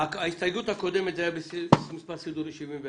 ההסתייגות הקודמת הייתה במספר סידורי 71,